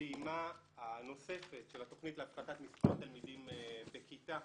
הפעימה הנוספת של התוכנית להפחתת מספר התלמידים בכיתה,